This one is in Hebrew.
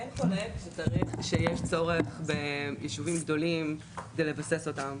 אין חולק שיש צורך בישובים גדולים כדי לבסס אותם,